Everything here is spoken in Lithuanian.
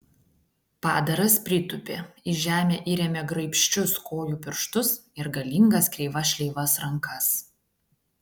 padaras pritūpė į žemę įrėmė graibščius kojų pirštus ir galingas kreivas šleivas rankas